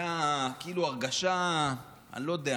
הייתה הרגשה, לא יודע,